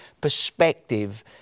perspective